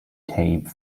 tape